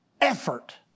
effort